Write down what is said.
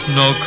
no